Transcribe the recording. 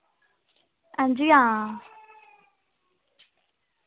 हांजी हां